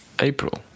April